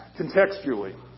contextually